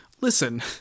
listen